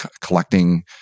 collecting